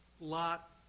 Lot